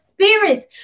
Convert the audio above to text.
Spirit